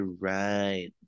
right